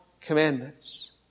commandments